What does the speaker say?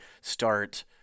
start